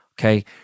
okay